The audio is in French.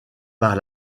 par